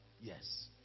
yes